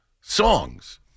songs